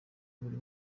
buri